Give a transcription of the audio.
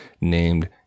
named